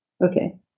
Okay